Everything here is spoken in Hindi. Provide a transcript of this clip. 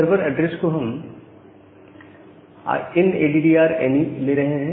सर्वर ऐड्रेस को हम in A D D R any INADDR ANY ले रहे हैं